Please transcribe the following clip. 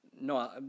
No